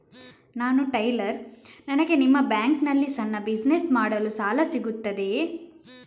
ನಾನು ಟೈಲರ್, ನನಗೆ ನಿಮ್ಮ ಬ್ಯಾಂಕ್ ನಲ್ಲಿ ಸಣ್ಣ ಬಿಸಿನೆಸ್ ಮಾಡಲು ಸಾಲ ಸಿಗುತ್ತದೆಯೇ?